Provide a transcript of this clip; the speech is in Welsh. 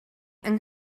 yng